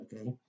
Okay